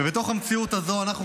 ובתוך המציאות הזו אנחנו,